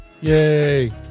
Yay